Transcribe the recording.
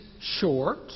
short